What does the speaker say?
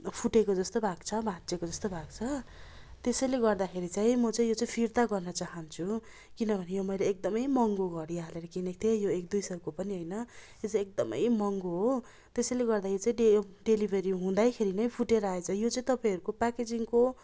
फुटेको जस्तो भएको छ भाँचिएको जस्तो भएको छ त्यसैले गर्दाखेरि चाहिँ म चाहिँ यो चाहिँ फिर्ता गर्न चाहन्छु किनभने मैले एकदमै महँगो घडी हालेर किनेको थिएँ यो एक दुई सयको पनि होइन यो चाहिँ एकदम महँगो हो त्यसैले गर्दा यो चाहिँ डे डेलिभरी हुँदाखेरि नै फुटेर आएछ यो चाहिँ तपाईँहरूको प्याकेजिङको